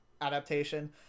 adaptation